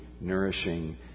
nourishing